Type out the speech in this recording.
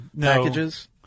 packages